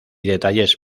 detalles